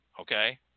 okay